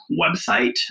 website